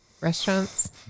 restaurants